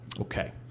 okay